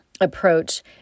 approach